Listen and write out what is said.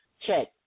Check